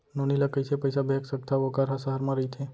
नोनी ल कइसे पइसा भेज सकथव वोकर ह सहर म रइथे?